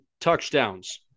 touchdowns